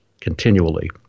continually